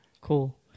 Cool